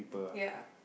ya